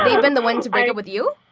they've been the one to break up with you?